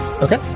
Okay